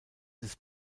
des